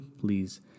Please